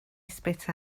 spit